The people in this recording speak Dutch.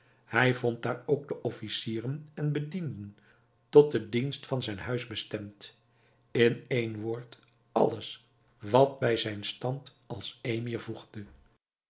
hij vond daar ook de officieren en bedienden tot den dienst van zijn huis bestemd in één woord alles wat bij zijn stand als emir voegde